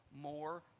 more